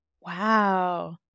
Wow